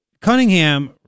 Cunningham